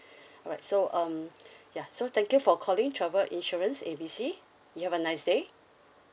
alright so um ya so thank you for calling travel insurance A B C you have a nice day